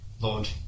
Lord